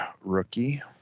rookie